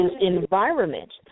environment